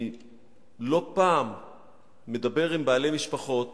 אני לא פעם מדבר עם בעלי משפחות